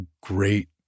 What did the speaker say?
great